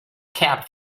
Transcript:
cap